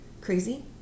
crazy